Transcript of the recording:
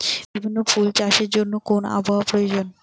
বিভিন্ন ফুল চাষের জন্য কোন আবহাওয়ার প্রয়োজন?